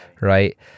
right